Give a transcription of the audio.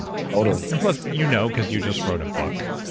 and totally and plus, you know because you just wrote a book,